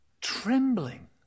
Trembling